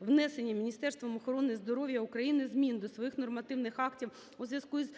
внесення Міністерством охорони здоров'я України змін до своїх нормативних актів у зв'язку із